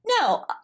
No